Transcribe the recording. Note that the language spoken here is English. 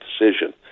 decision